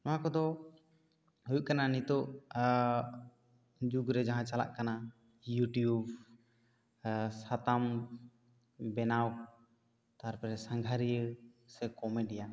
ᱱᱚᱣᱟ ᱠᱚᱫᱚ ᱦᱩᱭᱩᱜ ᱠᱟᱱᱟ ᱱᱤᱛᱚᱜᱼᱟ ᱡᱩᱜᱽ ᱨᱮ ᱡᱟᱦᱟᱸ ᱪᱟᱞᱟᱜ ᱠᱟᱱᱟ ᱭᱩᱴᱤᱭᱩᱵᱽ ᱥᱟᱛᱟᱢ ᱵᱮᱱᱟᱣ ᱛᱟᱨᱯᱚᱨᱮ ᱥᱟᱸᱜᱷᱟᱨᱤᱭᱟᱹ ᱥᱮ ᱠᱚᱢᱮᱰᱤᱭᱟᱹᱱ